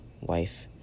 wife